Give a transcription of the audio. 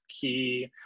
key